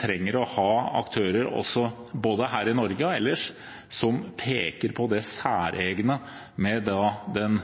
trenger man å ha aktører både her i Norge og ellers som peker på det særegne med det som nærmest er en vetorett med den